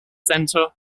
center